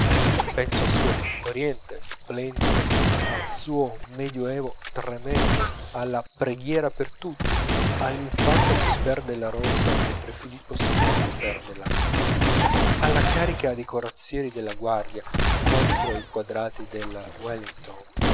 penso al suo oriente splendido al suo medio evo tremendo alla preghiera per tutti all'infanta che perde la rosa mentre filippo ii perde l'armada alla carica dei corazzieri della guardia contro i quadrati del